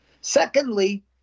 Secondly